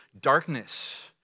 darkness